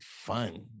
fun